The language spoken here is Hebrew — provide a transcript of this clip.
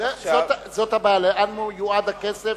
זאת הבעיה, לאן יועד הכסף.